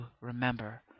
remember